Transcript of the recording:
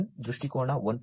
1 ದೃಷ್ಟಿಕೋನ 1